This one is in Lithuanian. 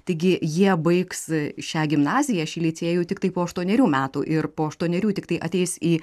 taigi jie baigs šią gimnaziją šį licėjų tiktai po aštuonerių metų ir po aštuonerių tiktai ateis į